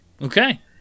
Okay